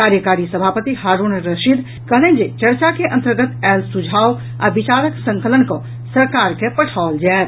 कार्यकारी सभापति हारूण रशीद कहलनि जे चर्चा के अन्तर्गत आयल सुझाव आ विचारक संकलन कऽ सरकार के पठाओल जायत